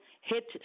hit